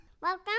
Welcome